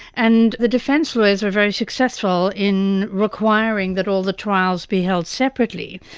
and the defence lawyers were very successful in requiring that all the trials be held separately.